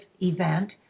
event